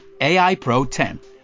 AIPRO10